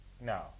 no